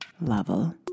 level